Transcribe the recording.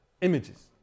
Images